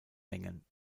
mengen